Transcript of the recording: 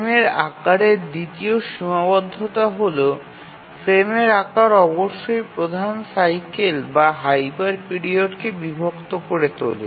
ফ্রেমের আকারের দ্বিতীয় সীমাবদ্ধতা হল ফ্রেমের আকার অবশ্যই প্রধান সাইকেল বা হাইপার পিরিয়ডকে বিভক্ত করে তোলে